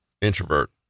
Introvert